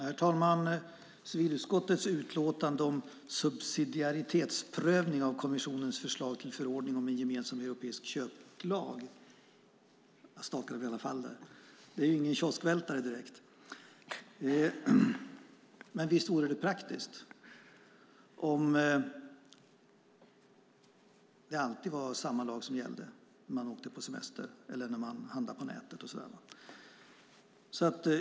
Herr talman! Civilutskottets utlåtande om subsidiaritetsprövning av kommissionens förslag till förordning om en gemensam europeisk köplag - nu stakade jag mig i alla fall där - är ju ingen kioskvältare direkt. Men visst vore det väl praktiskt om samma lag alltid gällde när man åker på semester eller när man handlar på nätet.